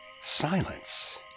Silence